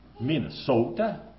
Minnesota